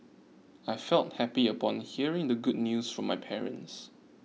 I felt happy upon hearing the good news from my parents